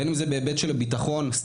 בין אם זה בהיבט של ביטחון ,סטודנטיות